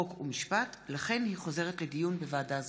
חוק ומשפט, לכן, היא חוזרת לדיון בוועדה זו.